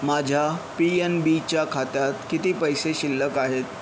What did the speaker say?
माझ्या P N बीच्या खात्यात किती पैसे शिल्लक आहेत